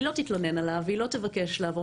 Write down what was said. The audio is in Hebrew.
היא לא תתלונן עליו ולא תבקש לעבור